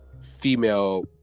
female